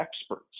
experts